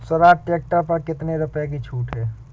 Swaraj tractor पर कितनी रुपये की छूट है?